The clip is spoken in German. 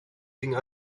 ging